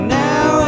now